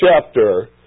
chapter